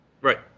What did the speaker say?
Right